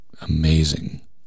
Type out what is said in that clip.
amazing